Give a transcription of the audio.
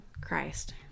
christ